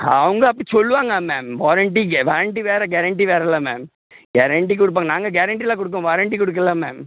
அவங்க அப்படி சொல்லுவாங்க மேம் வாரண்டி கே வாரண்டி வேறு கேரண்டி வேறுல்ல மேம் கேரண்டி கொடுப்பாங்க நாங்கள் கேரண்டி எல்லாம் கொடுப்போம் வாரண்டி கொடுக்கல மேம்